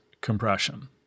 compression